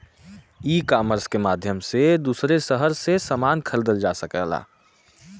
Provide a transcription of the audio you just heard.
ecommerce के माध्यम से दूसरे शहर से समान खरीदल जा सकला